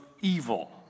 evil